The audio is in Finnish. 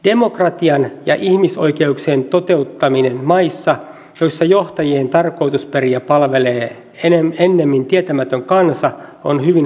demokratian ja ihmisoikeuksien toteuttaminen maissa joissa johtajien tarkoitusperiä palvelee ennemmin tietämätön kansa on hyvin haasteellista